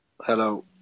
Hello